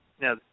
Now